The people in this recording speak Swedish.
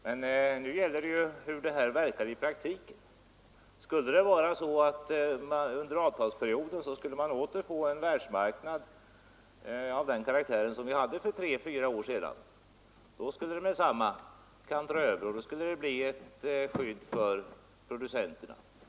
Men här gäller det hur det verkar i praktiken. Om vi under avtalsperioden åter skulle få en världsmarknad av den karaktär som vi hade för tre fyra år sedan, så skulle det genast kantra över och bli ett skydd för producenterna.